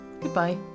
Goodbye